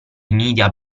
media